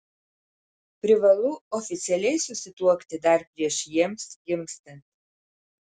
privalu oficialiai susituokti dar prieš jiems gimstant